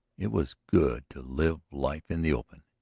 it was good to live life in the open,